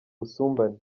busumbane